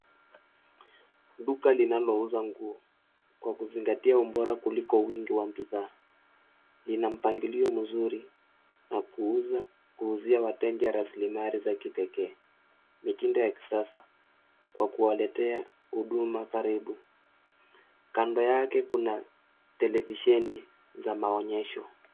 Duka linalo uza nguo kwa kuzingatia ubora kuliko wingi wa bidhaa. Lina mpangilio mzuri na kuuzia wateja rasilimali za kipekee. Mitindo ya kisasa kwa kuwaletea huduma karibu. Kando yake kuna televisheni za maonyesho.